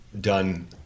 done